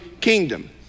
kingdom